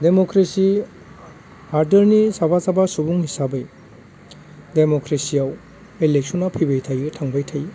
democracy हादोरनि साफा साफा सुबुं हिसाबै डेमक्रेसियाव एलेकसना फैबाय थायो थांबाय थायो